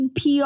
PR